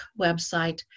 website